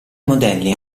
modelli